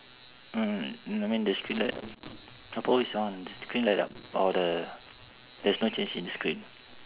mm I mean the screen light purple is on th~ screen light ah or the there's no change in the screen